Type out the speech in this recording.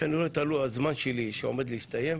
שאני רואה שהזמן שלי עומד להסתיים,